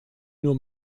nur